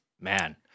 Man